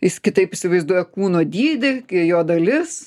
jis kitaip įsivaizduoja kūno dydį jo dalis